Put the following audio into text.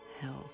health